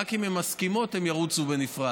רק אם הן מסכימות הן ירוצו בנפרד.